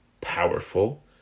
powerful